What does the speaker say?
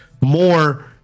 more